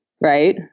right